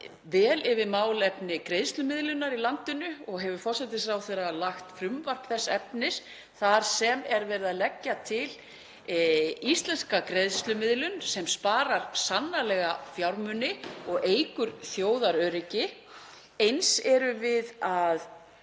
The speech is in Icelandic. vel yfir málefni greiðslumiðlunar í landinu og hefur forsætisráðherra lagt fram frumvarp þess efnis þar sem er verið að leggja til íslenska greiðslumiðlun sem sparar sannarlega fjármuni og eykur þjóðaröryggi. Eins erum við að